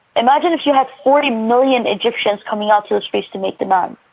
imagine if you had forty million egyptians coming out to the streets to make demands.